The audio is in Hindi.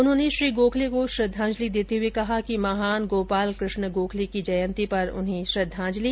उन्होंने श्री गोखले को श्रद्वांजलि देते हुए कहा महान गोपाल कृष्ण गोखले की जयंती पर उन्हें श्रद्धांजलि